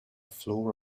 floor